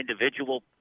individual